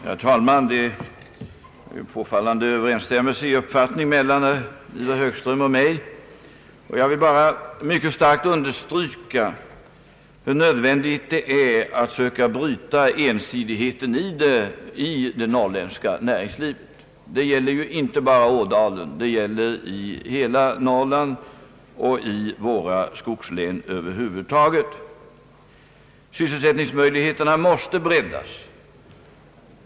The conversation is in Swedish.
Herr talman! Det är en påfallande överensstämmelse i uppfattning mellan herr Högström och mig. Jag vill bara mycket starkt understryka hur nödvändigt det är att försöka bryta ensidigheten i det norrländska näringslivet. Det gäller inte bara Ådalen, det gäller hela Norrland och våra skogslän över huvud taget. Sysselsättningsmöjligheterna måste breddas.